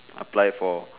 apply for